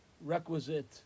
requisite